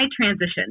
transition